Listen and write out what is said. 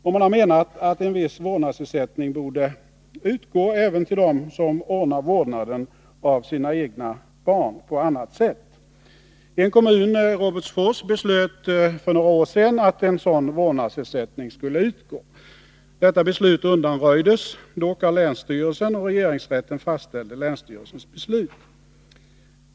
Och man har menat att viss vårdnadsersättning borde utgå även till dem som ordnar vårdnaden av sina egna barn på annat sätt. En kommun, Robertsfors, beslöt för några år sedan att en sådan vårdnadsersättning skulle utgå. Detta beslut undanröjdes dock av länsstyrelsen, och regeringsrätten fastställde länsstyrelsens beslut.